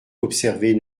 observer